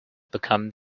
become